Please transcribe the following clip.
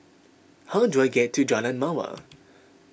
how do I get to Jalan Mawar